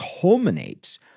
culminates